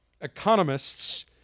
economists